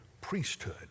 priesthood